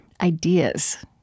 ideas